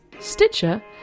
Stitcher